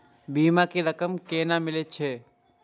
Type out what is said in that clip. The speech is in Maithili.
बीमा के रकम केना मिले छै?